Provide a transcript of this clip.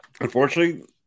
unfortunately